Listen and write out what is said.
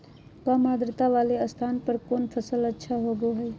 काम आद्रता वाले स्थान पर कौन फसल अच्छा होबो हाई?